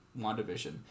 WandaVision